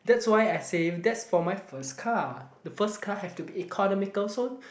that's why I say that's for my first car the first car have to be economical so